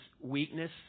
weakness